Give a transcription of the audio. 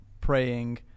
praying